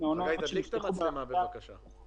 אנחנו מאפשרים פתיחה והשמשה של חללים נוספים